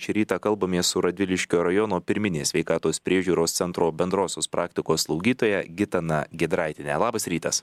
šį rytą kalbamės su radviliškio rajono pirminės sveikatos priežiūros centro bendrosios praktikos slaugytoja gitana giedraitiene labas rytas